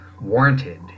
warranted